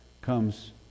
comes